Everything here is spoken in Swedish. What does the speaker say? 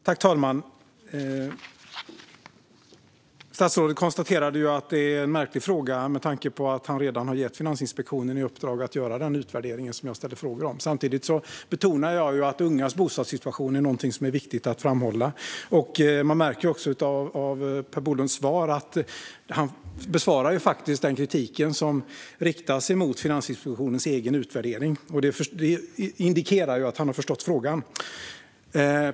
Fru talman! Statsrådet konstaterade att det är en märklig fråga med tanke på att han redan har gett Finansinspektionen i uppdrag att göra den utvärdering som jag frågar om. Samtidigt betonar jag att ungas bostadssituation är viktig att framhålla. I sitt svar besvarar Per Bolund faktiskt den kritik som riktas mot Finansinspektionens egen utvärdering. Det indikerar att han har förstått frågan.